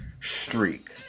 streak